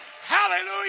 Hallelujah